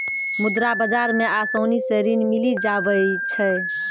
मुद्रा बाजार मे आसानी से ऋण मिली जावै छै